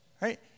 right